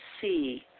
see